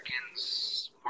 Americans